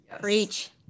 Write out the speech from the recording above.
Preach